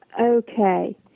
Okay